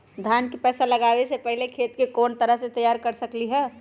धान के पौधा लगाबे से पहिले खेत के कोन तरह से तैयार कर सकली ह?